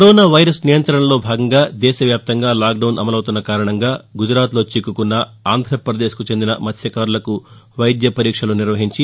corona virus నియంతణలో భాగంగా దేశ వ్యాప్తంగా లాక్ డౌన్ అమలవుతున్న కారణంగా గుజరాత్లో చిక్కుకున్న ఆంధ్రాపదేశ్కు చెందిన మత్బకారులకు వైద్య పరీక్షలు నిర్వహించి